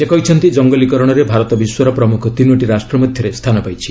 ସେ କହିଛନ୍ତି ଜଙ୍ଗଲୀକରଣରେ ଭାରତ ବିଶ୍ୱର ପ୍ରମୁଖ ତିନୋଟି ରାଷ୍ଟ୍ର ମଧ୍ୟରେ ସ୍ଥାନ ପାଇଛି